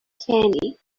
candy